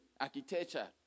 architecture